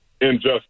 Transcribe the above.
injustice